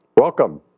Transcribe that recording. Welcome